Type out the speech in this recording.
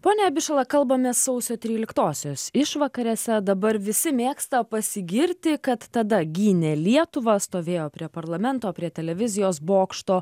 pone abišala kalbame sausio tryliktosios išvakarėse dabar visi mėgsta pasigirti kad tada gynė lietuvą stovėjo prie parlamento prie televizijos bokšto